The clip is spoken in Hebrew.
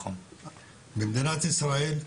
במדינת ישראל,